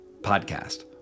podcast